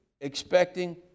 expecting